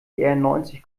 neunzig